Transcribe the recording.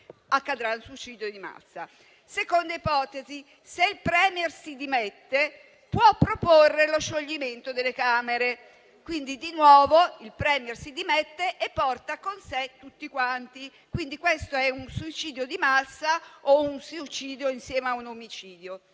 accadrà il suicidio di massa. La seconda ipotesi: se il *Premier* si dimette, può proporre lo scioglimento delle Camere. Di nuovo, il *Premier* si dimette e porta con sé tutti quanti. Quindi, questo è un suicidio di massa o un suicidio insieme ad un omicidio.